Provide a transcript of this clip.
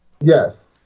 Yes